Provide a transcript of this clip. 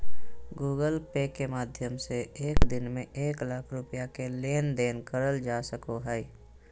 Google Pay के माध्यम से एक दिन में एक लाख रुपया के लेन देन करल जा सको हय